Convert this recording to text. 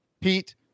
Pete